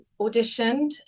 auditioned